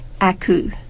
Aku